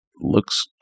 looks